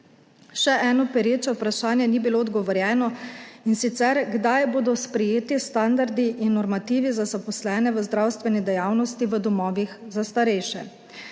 Še eno pereče vprašanje ni bilo odgovorjeno, in sicer kdaj bodo sprejeti standardi in normativi za zaposlene v zdravstveni dejavnosti v domovih za starejše.